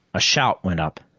a shout went up,